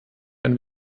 ein